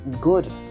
good